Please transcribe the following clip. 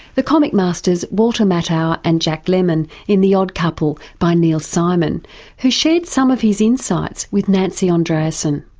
the comic masters walter matthau and jack lemmon in the odd couple by neil simon who shared some of his insights with nancy andreasen.